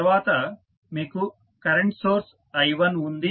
తర్వాత మీకు current source I1 ఉంది